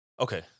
Okay